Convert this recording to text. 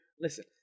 Listen